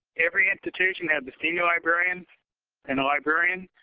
every institution has the senior librarian and the librarian.